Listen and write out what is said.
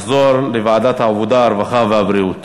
לוועדת העבודה, הרווחה והבריאות